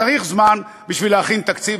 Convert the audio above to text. צריך זמן בשביל להכין תקציב,